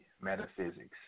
metaphysics